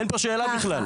תודה רבה.